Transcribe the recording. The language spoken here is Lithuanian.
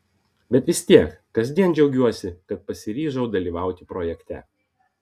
bet vis tiek kasdien džiaugiuosi kad pasiryžau dalyvauti projekte